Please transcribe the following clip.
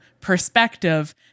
perspective